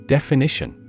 Definition